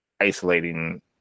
isolating